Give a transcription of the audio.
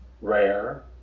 rare